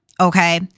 okay